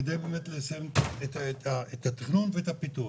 כדי לסיים את התכנון ואת הפיתוח.